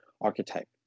archetype